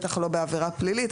בטח לא בעבירה פלילית,